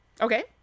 Okay